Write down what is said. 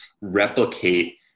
replicate